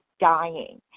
dying